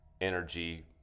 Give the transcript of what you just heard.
energy